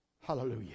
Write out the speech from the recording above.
Hallelujah